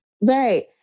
Right